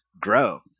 grow